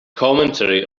commentary